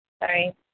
Sorry